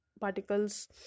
particles